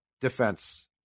defense